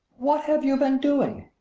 what have you been doing?